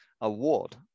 award